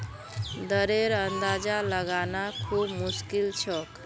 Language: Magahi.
दरेर अंदाजा लगाना खूब मुश्किल छोक